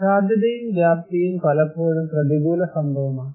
സാധ്യതയും വ്യാപ്തിയും പലപ്പോഴും പ്രതികൂല സംഭവമാണ്